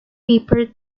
paper